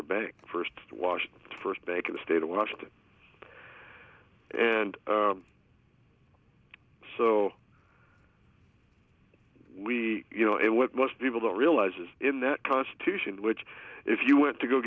a bank first washed first bank in the state of washington and so we you know it what most people don't realize is in that constitution which if you went to go